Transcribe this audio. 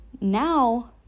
Now